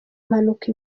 mpanuka